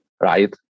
right